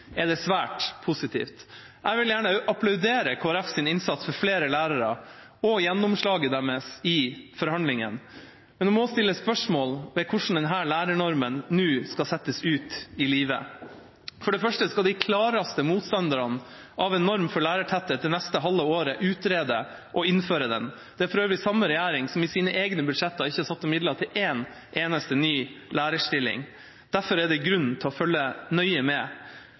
er det svært positivt. Jeg vil gjerne applaudere Kristelig Folkepartis innsats for flere lærere og gjennomslaget deres i forhandlingene. Men vi må også stille spørsmål ved hvordan denne lærernormen nå skal settes ut i livet. For det første skal de klareste motstanderne av en norm for lærertetthet det neste halve året utrede og innføre den. Det er for øvrig samme regjering som i sine egne budsjetter ikke satte av midler til en eneste ny lærerstilling. Derfor er det grunn til å følge nøye med.